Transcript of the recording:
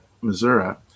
Missouri